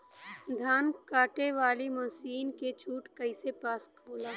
धान कांटेवाली मासिन के छूट कईसे पास होला?